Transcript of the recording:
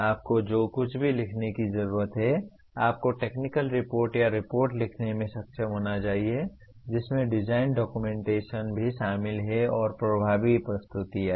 आपको जो कुछ भी लिखने की ज़रूरत है आपको टेक्निकल रिपोर्ट या रिपोर्ट लिखने में सक्षम होना चाहिए जिसमें डिज़ाइन डॉक्यूमेंटशन भी शामिल हैं और प्रभावी प्रस्तुतियाँ हैं